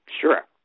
Sure